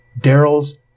Daryl's